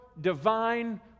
divine